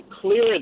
clear